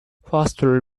foster